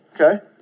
okay